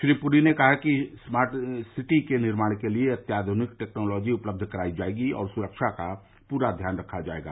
श्री पुरी ने कहा कि स्मार्ट सिटी के निर्माण के लिए अत्याधुनिक टैक्नोलॉजी उपलब्ध कराई जाएगी और सुरक्षा का पूरा ध्यान रखा जाएगा